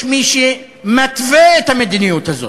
יש מי שמתווה את המדיניות הזאת,